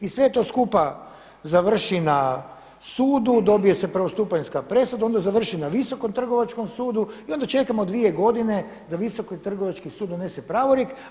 I sve to skupa završi na sudu, dobije se prvostupanjska presuda, onda završi na Visokom trgovačkom sudu i onda čekamo dvije godine da Visoki trgovački sud donese pravorijek.